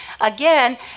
Again